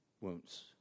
wounds